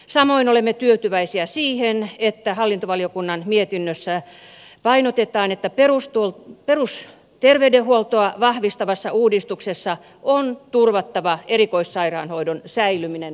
samoin olemme tyytyväisiä siihen että hallintovaliokunnan mietinnössä painotetaan että perusterveydenhuoltoa vahvistavassa uudistuksessa on turvattava erikoissairaanhoidon säilyminen korkeatasoisena